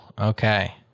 Okay